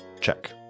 Check